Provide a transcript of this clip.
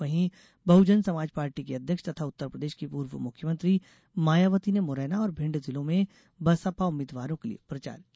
वहीं बहुजन समाज पार्टी की अध्यक्ष तथा उत्तर प्रदेष की पूर्व मुख्यमंत्री मायावती ने मुरैना और भिंड जिलों में बसपा उम्मीदवारों के लिए प्रचार किया